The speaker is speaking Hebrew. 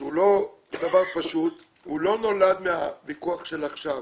שהוא לא דבר פשוט, הוא לא נולד מהוויכוח עכשיו.